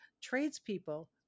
tradespeople